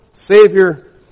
Savior